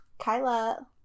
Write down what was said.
Kyla